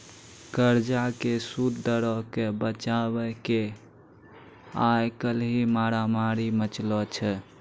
कर्जा के सूद दरो के बचाबै के आइ काल्हि मारामारी मचलो छै